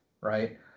right